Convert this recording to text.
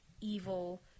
evil